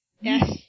Yes